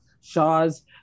Shaws